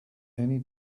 any